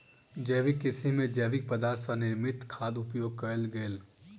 जैविक कृषि में जैविक पदार्थ सॅ निर्मित खादक उपयोग कयल गेल